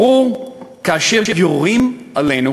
ברור, כאשר יורים עלינו